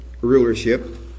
rulership